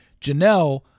Janelle